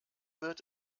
wird